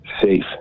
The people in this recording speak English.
safe